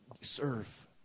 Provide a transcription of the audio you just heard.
Serve